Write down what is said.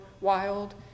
wild